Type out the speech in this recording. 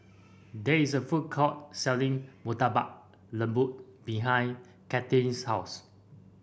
there is a food court selling Murtabak Lembu behind Cathryn's house